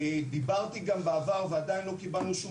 דיברתי גם בעבר ועדין לא קיבלנו שום